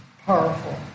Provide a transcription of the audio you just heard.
Powerful